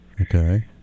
Okay